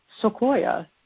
Sequoia